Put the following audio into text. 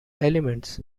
elements